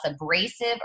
abrasive